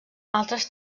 altres